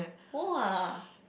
!wah!